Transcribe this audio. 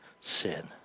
sin